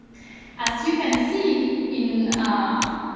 as you can see in ah